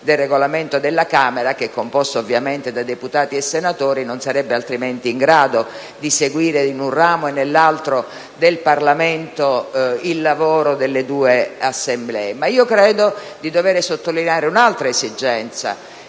del Regolamento della Camera), che è composto ovviamente da deputati e senatori, non sarebbe altrimenti in grado di seguire, in un ramo e nell'altro del Parlamento, il lavoro delle due Assemblee. Credo però di dover sottolineare un'altra esigenza,